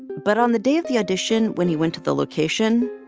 but on the day of the audition, when he went to the location,